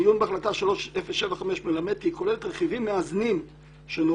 "עיון בהחלטה 3075 מלמד כי היא כוללת רכיבים מאזנים שנועדו